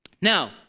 Now